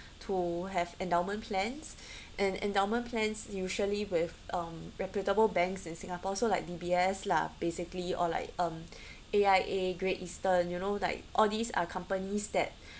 to have endowment plans and endowment plans usually with um reputable banks in singapore so like D_B_S lah basically or like um A_I_A great eastern you know like all these are companies that